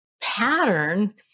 pattern